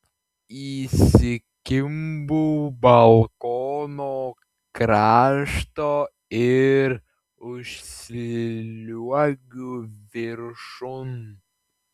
įsikimbu balkono krašto ir užsliuogiu viršun